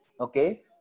Okay